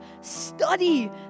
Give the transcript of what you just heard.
Study